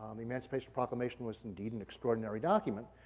um the emancipation proclamation was indeed an extraordinary document,